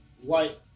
white